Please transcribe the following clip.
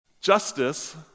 Justice